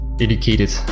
Educated